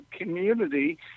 community